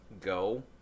go